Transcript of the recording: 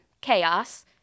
chaos